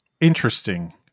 interesting